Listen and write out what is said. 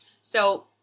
So-